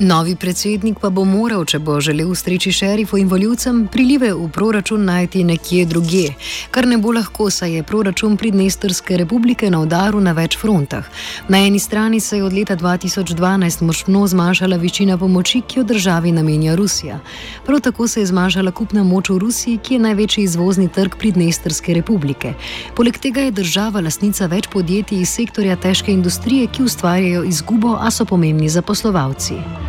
Novi predsednik pa bo morel, če bo želel ustreči šerifo in volivcem, prilive v proračun najti nekje drugje. Kar ne bo lahko, saj je proračun Prednestrske Republike na udaru na več frontah. Na eni strani se je od leta 2012 močno zmanjšala višina pomoči, ki jo državi namenja Rusija. Prav tako se je zmanjšala kupna moč v Rusiji, ki je največji izvozni trg Prednestrske Republike. Poleg tega je država lastnica več podjetij iz sektorja težke industrije, ki ustvarjajo izgubo, a so pomembni za poslovalci.